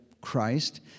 Christ